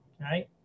right